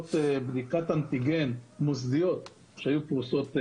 עמדות בדיקת אנטיגן מוסדיות שהיו פרוסות במדינה.